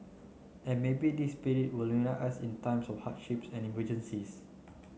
and maybe this spirit will us in times of hardships and emergencies